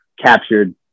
captured